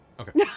Okay